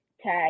tag